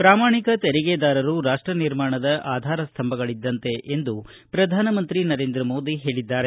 ಪ್ರಾಮಾಣಿಕ ತೆರಿಗೆದಾರರು ರಾಷ್ಟ ನಿರ್ಮಾಣದ ಆಧಾರ ಸ್ತಂಭಗಳದ್ದಂತೆ ಎಂದು ಪ್ರಧಾನ ಮಂತ್ರಿ ನರೇಂದ್ರ ಮೋದಿ ಹೇಳಿದ್ದಾರೆ